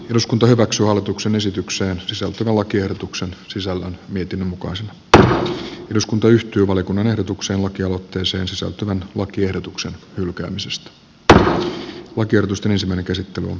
eduskunta hyväksyy hallituksen esitykseen sisältyvän lakiehdotuksen sisällön niityn mukaan se että eduskunta yhtyi valiokunnan ehdotuksen lakialoitteeseen sisältyvän lakiehdotuksen hylkäämisestä tai oikeutusta ensimmäinen tässä on